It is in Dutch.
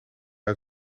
uit